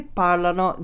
parlano